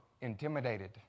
intimidated